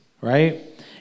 right